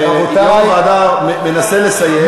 יו"ר הוועדה מנסה לסיים,